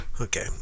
Okay